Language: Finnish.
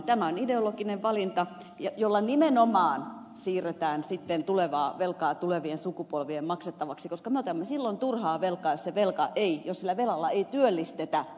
tämä on ideologinen valinta jolla nimenomaan siirretään sitten tulevaa velkaa tulevien sukupolvien maksettavaksi koska me otamme silloin turhaa velkaa jos sillä velalla ei työllistetä